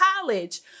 college